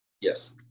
yes